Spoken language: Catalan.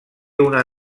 una